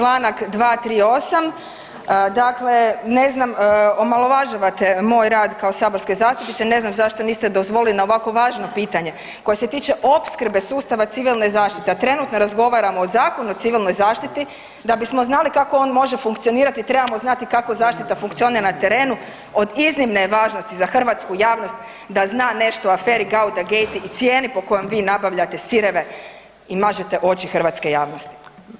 Članak 238., dakle ne znam omalovažavate moj rad kao saborske zastupnice, ne znam zašto niste dozvolili na ovako važno pitanje koje se tiče opskrbe sustava civilne zaštite, a trenutno razgovaramo o Zakonu o civilnoj zaštiti, da bismo znali kako on može funkcionirati trebamo znati kako zaštita funkcionira na terenu od iznimne je važnosti za hrvatsku javnost da zna nešto o aferi Gauda gate i cijeni po kojom vi nabavljate sireve i mažete oči hrvatske javnosti.